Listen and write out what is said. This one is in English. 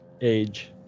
age